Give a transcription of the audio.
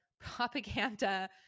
propaganda